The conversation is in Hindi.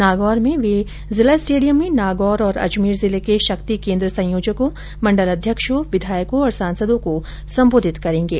नागौर में वे जिला स्टेडियम में नागौर और अजमेर जिले के शक्ति केन्द्र संयोजकों मंडल अध्यक्षों विधायकों और सांसदों को संबोधित करेंगे